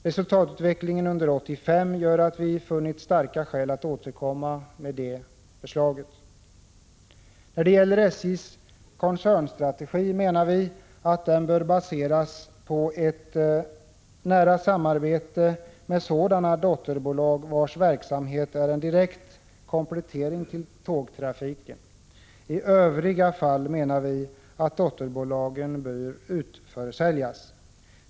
Resultatutvecklingen under 1985 gör att vi har funnit starka skäl att återkomma med detta förslag. SJ:s koncernstrategi bör baseras på ett nära samarbete med sådana dotterbolag vars verksamhet är en direkt komplettering till tågtrafiken. I övriga fall menar centerpartiet att dotterbolagen bör utförsäljas.